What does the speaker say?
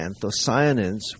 anthocyanins